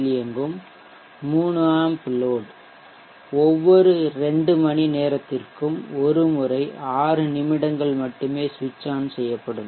யில் இயங்கும் 3 amp load ஒவ்வொரு 2 மணி நேரத்திற்கும் ஒரு முறை 6 நிமிடங்கள் மட்டுமே சுவிட்ச்ஆன் செய்யப்படும்